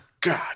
God